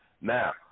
Now